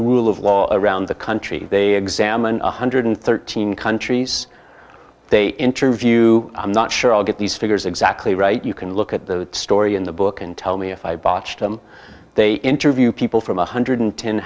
the rule of law around the country they examined one hundred and thirteen countries they interview i'm not sure i'll get these figures exactly right you can look at the story in the book and tell me if i botched them they interviewed people from one hundred and ten